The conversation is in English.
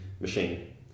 machine